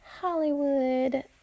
Hollywood